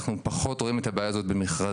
אנחנו פחות רואים את הבעיה הזאת במכרזים.